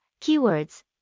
Keywords